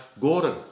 Gordon